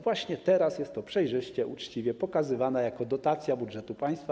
Właśnie teraz jest to przejrzyście, uczciwie pokazywane: dotacja z budżetu państwa.